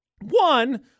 One